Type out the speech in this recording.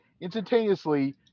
instantaneously